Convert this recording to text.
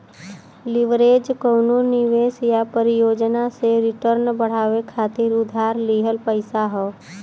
leverage कउनो निवेश या परियोजना से रिटर्न बढ़ावे खातिर उधार लिहल पइसा हौ